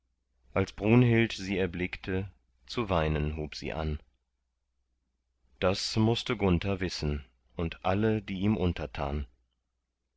als brunhild sie erblickte zu weinen hub sie an das mußte gunther wissen und alle die ihm untertan